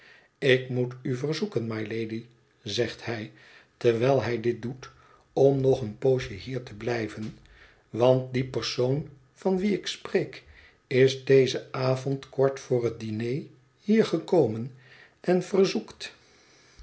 ik moet u verzoeken mylady zegt hij terwijl hij dit doet om nog een poosje hier te blijven want die persoon van wien ik spreek is dezen avond kort voor het diner hier gekomen en verzoekt